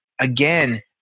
again